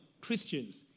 Christians